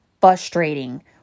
frustrating